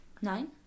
Nine